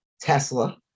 Tesla